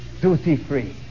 Duty-free